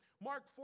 Mark